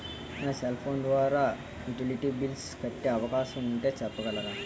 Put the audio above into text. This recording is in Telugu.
నా సెల్ ఫోన్ ద్వారా యుటిలిటీ బిల్ల్స్ కట్టే అవకాశం ఉంటే చెప్పగలరా?